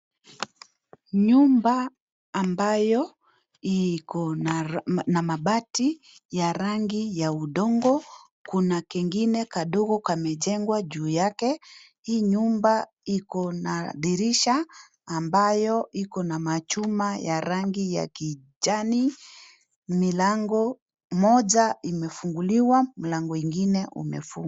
Nyumba ambayo iko na mabati ya rangi ya udongo. Kuna kengine kadogo kamejengwa juu yake . Hii nyumba iko na dirisha ambayo iko na machuma ya rangi ya kijani. Milango moja imefunguliwa na mlango ingine umefungwa.